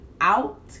out